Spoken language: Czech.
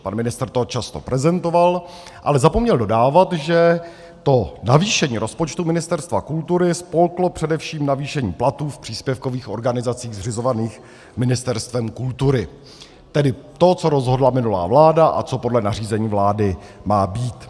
Pan ministr to často prezentoval, ale zapomněl dodávat, že to navýšení rozpočtu Ministerstva kultury spolklo především navýšení platů v příspěvkových organizacích zřizovaných Ministerstvem kultury, tedy to, co rozhodla minulá vláda a co podle nařízení vlády má být.